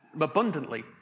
abundantly